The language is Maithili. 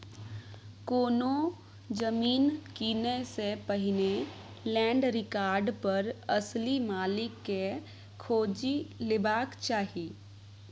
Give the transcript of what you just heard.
कोनो जमीन कीनय सँ पहिने लैंड रिकार्ड पर असली मालिक केँ खोजि लेबाक चाही